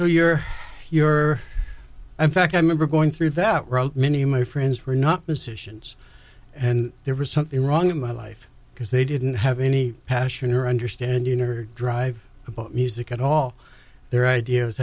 so you're you're in fact i remember going through that road many of my friends were not decisions and there was something wrong in my life because they didn't have any passion or understand you know or drive about music and all their ideas